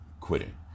quitting